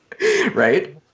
Right